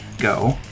go